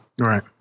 Right